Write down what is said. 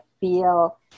feel